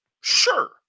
Sure